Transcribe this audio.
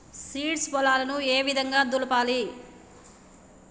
Seeds పొలాలను ఏ విధంగా దులపాలి?